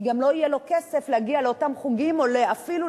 כי גם לא יהיה לו כסף להגיע לאותם חוגים ואפילו